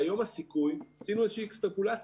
והיום הסיכוי עשינו איזושהי אקסטרפולציה,